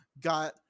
got